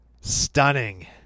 Stunning